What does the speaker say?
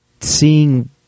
seeing